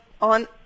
on